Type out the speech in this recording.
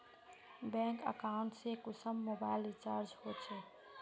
Bank account से कुंसम mobile recharge होचे?